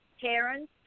parents